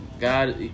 God